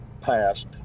passed